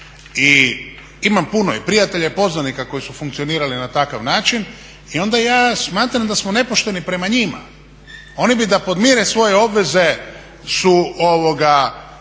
I ima puno i prijatelja i poznanika koji su funkcionirali na takav način i onda ja smatram da smo nepošteni prema njima. Oni bi da podmire svoje obveze su prodavali